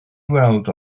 weld